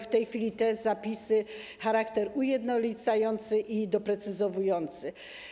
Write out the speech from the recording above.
W tej chwili te zapisy będą miały charakter ujednolicający i doprecyzowujący.